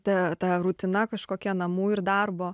ta ta rutina kažkokia namų ir darbo